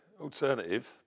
alternative